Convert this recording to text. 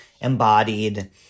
embodied